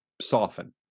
soften